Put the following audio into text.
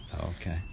Okay